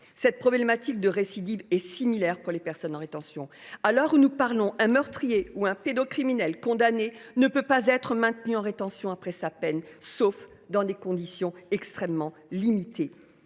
Cette problématique de la récidive est similaire pour les personnes en rétention. À l’heure où nous parlons, un meurtrier ou un pédocriminel condamné ne peut pas être maintenu en rétention après sa peine, sauf dans des conditions extrêmement limitées.